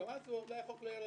ואז החוק לא יהיה רלוונטי.